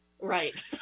Right